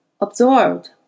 absorbed